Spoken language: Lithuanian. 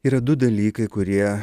yra du dalykai kurie